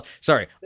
Sorry